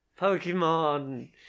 Pokemon